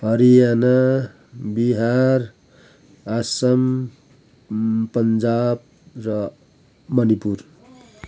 हरियाना बिहार आसाम पन्जाब र मणिपुर